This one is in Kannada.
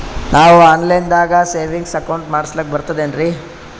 ನಾವು ಆನ್ ಲೈನ್ ದಾಗ ಸೇವಿಂಗ್ಸ್ ಅಕೌಂಟ್ ಮಾಡಸ್ಲಾಕ ಬರ್ತದೇನ್ರಿ?